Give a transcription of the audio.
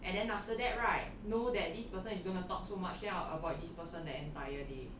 and then after that know that this person is gonna talk so much then I would avoid this person the entire day